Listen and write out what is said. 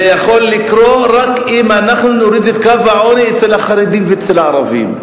זה יכול לקרות רק אם אנחנו נוריד את קו העוני אצל החרדים ואצל הערבים,